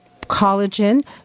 collagen—